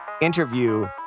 interview